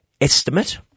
estimate